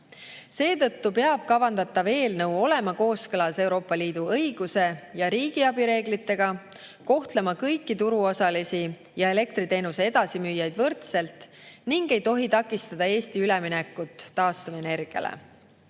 Seetõttu peab kavandatav eelnõu olema kooskõlas Euroopa Liidu õiguse ja riigiabi reeglitega, kohtlema kõiki turuosalisi ja elektriteenuse edasimüüjaid võrdselt ning ei tohi takistada Eesti üleminekut taastuvenergiale.